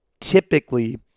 typically